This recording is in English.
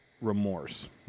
remorse